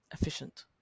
efficient